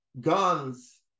guns